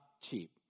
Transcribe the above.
cheap